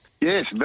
Yes